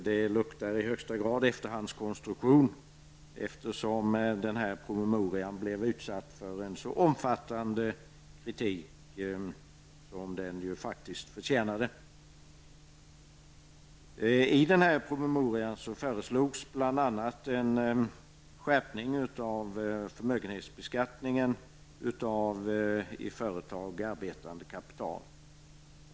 Det luktar i högsta grad efterhandskonstruktion, eftersom den här promemorian blev utsatt för en så omfattande kritik, vilket den också förtjänade. I den här promemorian föreslogs bl.a. en skärpning av förmögenhetsbeskattningen av i företag arbetande kapital.